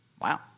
Wow